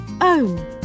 own